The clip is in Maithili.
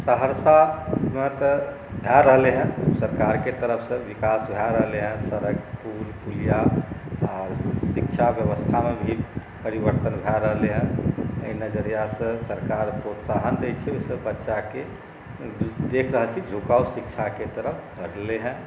सहरसामे तऽ भए रहलै हेँ सरकारके तरफ़सँ विकास भए रहलै हेँ सड़क पुल पुलिया आ शिक्षा व्यवस्थामे भी परिवर्तन भए रहलै हेँ एहि नज़रियासँ सरकार प्रोत्साहन दैत छै सभबच्चाकेँ देख रहल छी झुकाव शिक्षाक तरफ़ बढ़लै हेँ